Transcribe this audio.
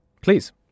please